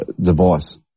device